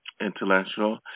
intellectual